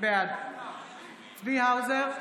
בעד צבי האוזר,